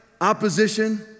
opposition